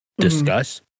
discuss